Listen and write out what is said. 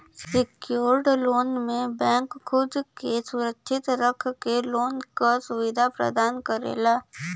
secured loan में bank खुद क सुरक्षित रख के लोन क सुविधा प्रदान करला